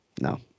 No